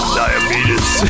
diabetes